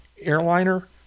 airliner—